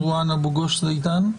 רואן אבו גוש זידאן.